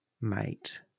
mate